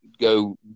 go